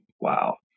Wow